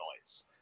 noise